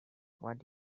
what